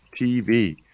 TV